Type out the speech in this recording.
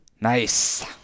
Nice